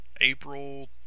April